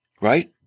right